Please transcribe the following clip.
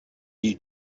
you